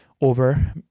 over